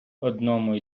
одному